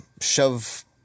shove